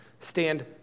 Stand